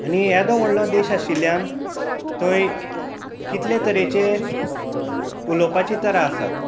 आनी येदो व्हडलो देश आशिल्ल्यान थंय कितले तरांचे उलोवपाची तरा आसा